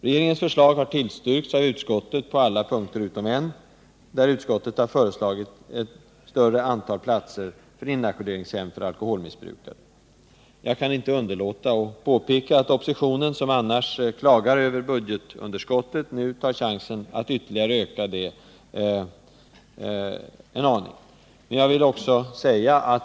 Regeringens förslag har tillstyrkts av utskottet på alla punkter utom en, där utskottet har föreslagit ett större antal platser på inackorderingshem för alkoholmissbrukare. Jag kan inte underlåta att påpeka att oppositionen, som annars klagar över budgetunderskottet, nu tar chansen att ytterligare öka detta en aning.